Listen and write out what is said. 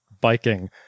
biking